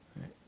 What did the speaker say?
Right